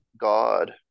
god